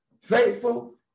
Faithful